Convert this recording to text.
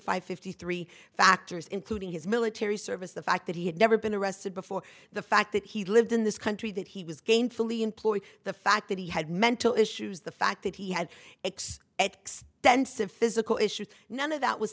five fifty three factors including his military service the fact that he had never been arrested before the fact that he lived in this country that he was gainfully employed the fact that he had mental issues the fact that he had x x pensive physical issues none of that was